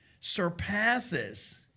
surpasses